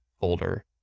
folder